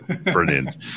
Brilliant